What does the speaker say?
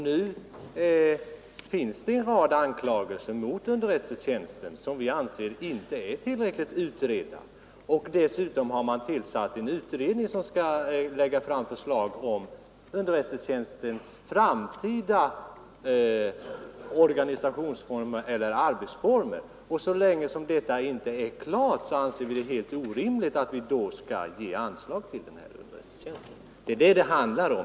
Nu finns en rad anklagelser mot underrättelsetjänsten, vilka vi anser inte är tillräckligt utredda. Dessutom har man tillsatt en utredning, som skall lägga fram förslag om underrättelsetjänstens framtida organisationsoch arbetsformer. Så länge detta inte är helt klart, anser vi det orimligt att ge anslag till denna underrättelsetjänst. Det är detta diskussionen handlar om.